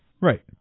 Right